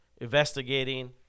Investigating